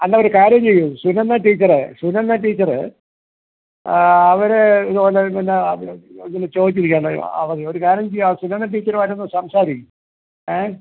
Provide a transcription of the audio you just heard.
അല്ല ഒരു കാര്യം ചെയ്യൂ സുനന്ദ ടീച്ചർ സുനന്ദ ടീച്ചർ അവർ ഇതുപോലെ പിന്നെ ഇതിന് ചോദിച്ചിരിക്കുവാണ് അവധി ഒരു കാര്യം ചെയ്യുക സുനന്ദ ടീച്ചറും ആയിട്ടൊന്ന് സംസാരിക്ക് ഏ